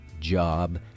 job